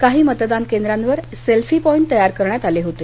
काही मतदान केंद्रांवर सेल्फी पॉईंट तयार करण्यात आले होते